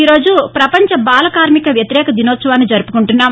ఈ రోజు ప్రపంచ బాలకార్మిక వ్యతిరేక దినోత్సవాన్ని జరుపుకుంటున్నాం